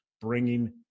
Bringing